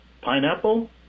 Pineapple